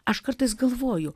aš kartais galvoju